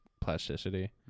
plasticity